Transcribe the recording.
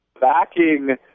backing